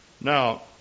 Now